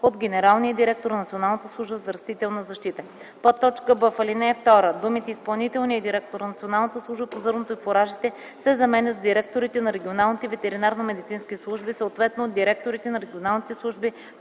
от генералния директор на Националната служба за растителна защита”; б) в ал. 2 думите „изпълнителния директор на Националната служба по зърното и фуражите” се заменят с „директорите на регионалните ветеринарномедицински служби, съответно от директорите на регионалните служби